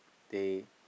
they